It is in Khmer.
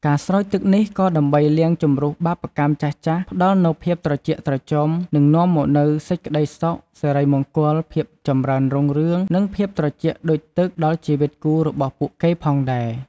ការស្រោចទឹកនេះក៏ដើម្បីលាងជម្រះបាបកម្មចាស់ៗ ផ្តល់នូវភាពត្រជាក់ត្រជុំ និងនាំមកនូវសេចក្តីសុខ សិរីមង្គល ភាពចម្រើនរុងរឿង និងភាពត្រជាក់ដូចទឹកដល់ជីវិតគូរបស់ពួកគេផងដែរ។